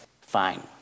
fine